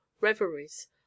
reveries